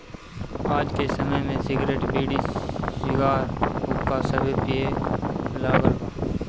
आज के समय में सिगरेट, बीड़ी, सिगार, हुक्का सभे पिए लागल बा